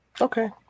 Okay